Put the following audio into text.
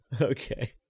Okay